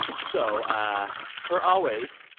so ah per always,